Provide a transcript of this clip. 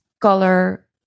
color